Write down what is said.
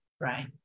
right